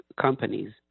companies